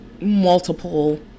multiple